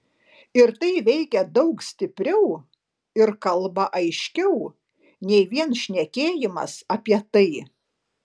ir tai veikia daug stipriau ir kalba aiškiau nei vien šnekėjimas apie tai